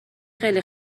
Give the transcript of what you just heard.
خیلی